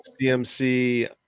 CMC